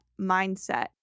mindset